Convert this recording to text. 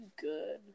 good